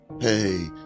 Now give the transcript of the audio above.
Hey